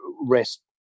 rest